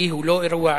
הוא לא אירוע יחידי,